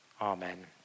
amen